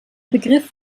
begriff